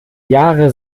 jahre